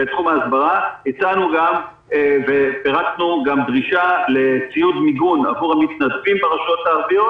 הצענו ופרטנו גם דרישה לציוד מיגון עבור המתנדבים ברשויות הערביות